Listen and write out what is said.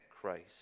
Christ